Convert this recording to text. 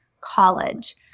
college